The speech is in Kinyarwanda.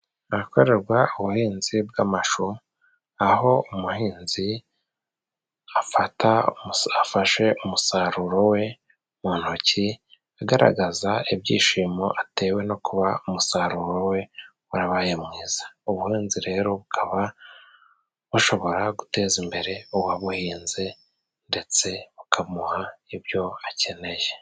Ahakorerwa ubuhinzi bw'amashu, aho umuhinzi afata afashe umusaruro we mu ntoki agaragaza ibyishimo atewe no kuba umusaruro we warabaye mwiza, ubuhinzi rero bukaba bushobora guteza imbere uwabuhinze ndetse bukamuha ibyo akeneye.